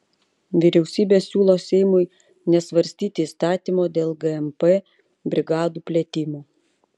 vyriausybė siūlo seimui nesvarstyti įstatymo dėl gmp brigadų plėtimo